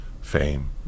fame